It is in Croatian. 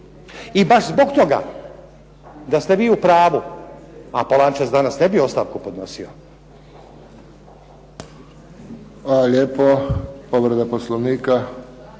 I baš zbog toga da ste vi u pravu, Polančec danas ne bi ostavku podnosio.